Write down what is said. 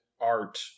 art